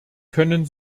können